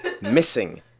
missing